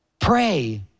Pray